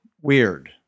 weird